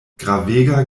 gravega